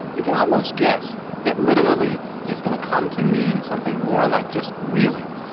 you can almost guess that literally is going to come to mean something more like just really.